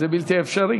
מסכים, זה בלתי אפשרי.